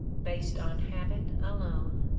based on habit alone,